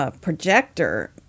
projector